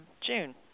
june